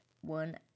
one